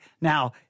Now